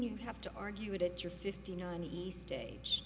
you have to argue that you're fifty nine eastern age